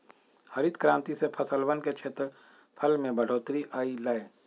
हरित क्रांति से फसलवन के क्षेत्रफल में बढ़ोतरी अई लय